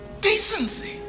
Decency